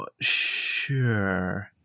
sure